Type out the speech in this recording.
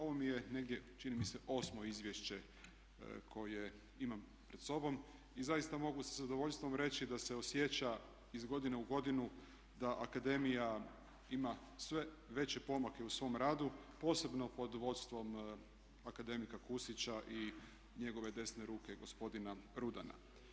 Ovo mi je negdje čini mi se osmo izvješće koje imam pred sobom i zaista mogu sa zadovoljstvom reći da se osjeća iz godine u godinu da akademija ima sve veće pomake u svom radu posebno pod vodstvom akademika Pusića i njegove desne ruke gospodina Rudana.